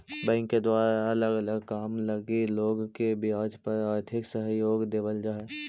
bank के द्वारा अलग अलग काम लगी लोग के ब्याज पर आर्थिक सहयोग देवल जा हई